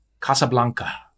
Casablanca